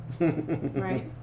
Right